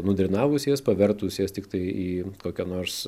nudrenavus jas pavertus jas tiktai į kokią nors